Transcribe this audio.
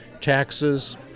Taxes